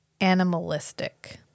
animalistic